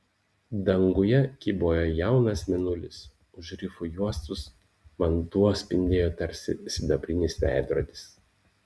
danguje kybojo jaunas mėnulis už rifų juostos vanduo spindėjo tarsi sidabrinis veidrodis